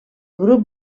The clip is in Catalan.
grup